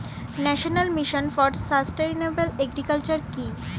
National mission for sustainable agriculture কি?